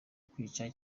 kwica